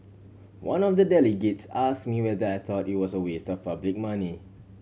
one of the delegates ask me whether I thought it was a waste for public money